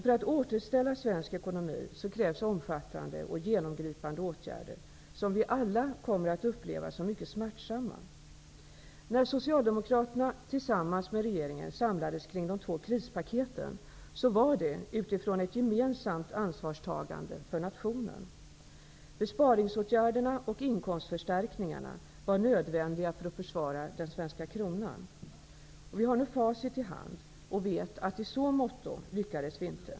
För att återställa svensk ekonomi krävs omfattande och genomgripande åtgärder som vi alla kommer att uppleva som mycket smärtsamma. När Socialdemokraterna tillsammans med regeringen samlades kring de två krispaketen, var det utifrån ett gemensamt ansvarstagande för nationen. Besparingsåtgärderna och inkomstförstärkningarna var nödvändiga för att försvara den svenska kronan. Vi har nu facit i hand och vet att i så måtto lyckades vi inte.